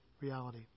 reality